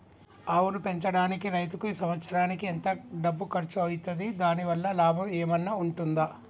ఆవును పెంచడానికి రైతుకు సంవత్సరానికి ఎంత డబ్బు ఖర్చు అయితది? దాని వల్ల లాభం ఏమన్నా ఉంటుందా?